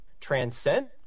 transcend